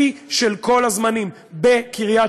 שיא של כל הזמנים בקריית-שמונה.